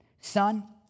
son